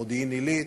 מודיעין-עילית,